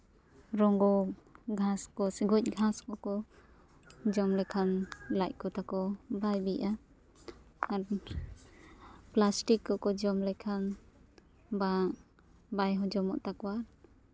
ᱨᱚᱸᱜᱚ ᱜᱷᱟᱸᱥ ᱠᱚ ᱥᱮ ᱜᱚᱡᱽ ᱜᱷᱟᱸᱥ ᱠᱚᱠᱚ ᱡᱚᱢ ᱞᱮᱠᱷᱟᱱ ᱞᱟᱡᱽ ᱠᱚ ᱛᱟᱠᱚ ᱵᱟᱭ ᱵᱤᱜᱼᱟ ᱟᱨ ᱯᱞᱟᱥᱴᱤᱠ ᱠᱚᱠᱚ ᱡᱚᱢ ᱞᱮᱠᱷᱟᱱ ᱵᱟᱝ ᱵᱟᱭ ᱦᱚᱡᱚᱢᱚᱜ ᱛᱟᱠᱚᱣᱟ